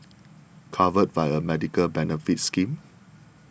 covered by a medical benefits scheme